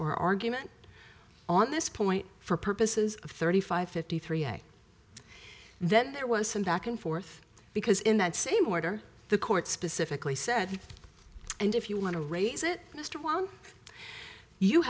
or argument on this point for purposes of thirty five fifty three day that there was some back and forth because in that same order the court specifically said and if you want to raise it i just want you